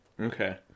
Okay